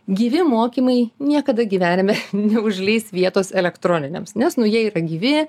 gyvi mokymai niekada gyvenime neužleis vietos elektroniniams nes nu jie yra gyvi